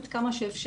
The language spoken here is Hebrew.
עד כמה שאפשר,